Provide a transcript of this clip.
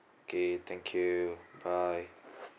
okay thank you bye